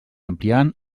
ampliant